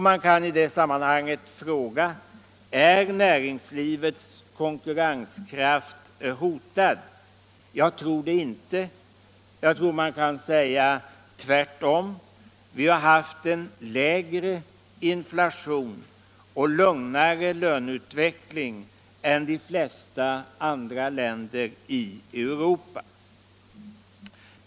Man kan i det sammanhanget fråga: Är näringslivets konkurrenskraft hotad? Jag tror det inte. Jag tror man kan säga att det är tvärtom. Vi har haft en lägre inflation och lugnare löneutveckling än de flesta andra länder i Europa.